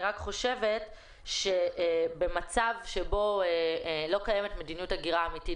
אני חושב שבמצב שבו לא קיימת מדיניות הגירה אמיתית